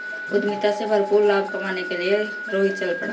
उद्यमिता से भरपूर लाभ कमाने के लिए रोहित चल पड़ा